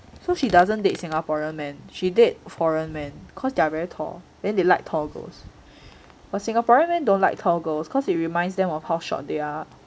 so she doesn't date singaporean man she date foreign man cause they're very tall then they like tall girls but singaporean men don't like tall girls cause it reminds them of how short they are